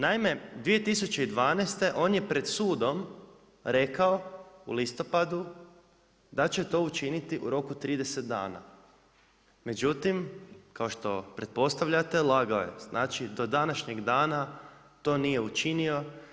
Naime, 2012. on je pred sudom rekao, u listopadu da će to učiniti u roku 30 dana, međutim, kao što pretpostavljate, lagao je, znači do današnjeg dana to nije učinio.